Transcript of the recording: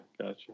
Gotcha